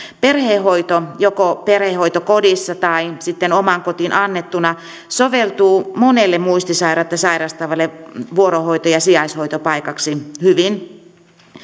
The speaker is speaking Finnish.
perhehoito joko perhehoitokodissa tai sitten omaan kotiin annettuna soveltuu monelle muistisairautta sairastavalle vuorohoito ja sijaishoitopaikaksi hyvin